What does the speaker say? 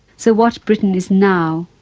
so what britain is now